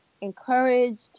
encouraged